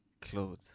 clothes